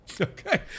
okay